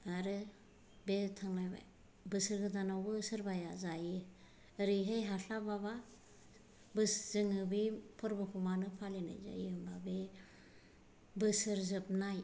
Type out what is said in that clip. आरो बे थांलायबाय बोसोर गोदानावबो सोरबाया जायो ओरैनो हास्लाबाबा जोङो बे फोरबोखौ मानो फालिनाय जायो होनबा बे बोसोर जोबनाय